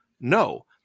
No